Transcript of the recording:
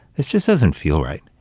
this just doesn't feel right.